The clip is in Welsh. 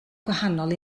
gwahanol